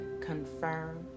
confirm